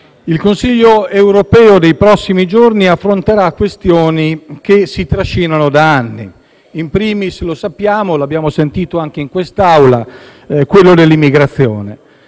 il Consiglio europeo dei prossimi giorni affronterà questioni che si trascinano da anni, *in primis* - lo sappiamo e lo abbiamo sentito anche in questa Aula - si discuterà dell'immigrazione.